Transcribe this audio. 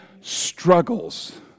struggles